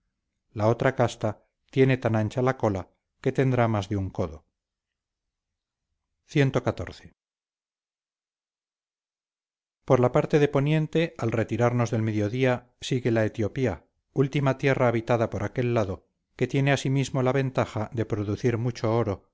la otra casta tiene tan ancha la cola que tendrá más de un codo cxiv por la parte de poniente al retirarnos del mediodía sigue la etiopía última tierra habitada por aquel lado que tiene asimismo la ventaja de producir mucho oro